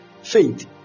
Faith